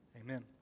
Amen